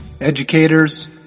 educators